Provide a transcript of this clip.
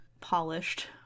polished